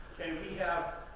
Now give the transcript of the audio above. okay? we have